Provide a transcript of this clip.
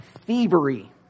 thievery